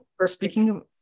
Speaking